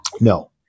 No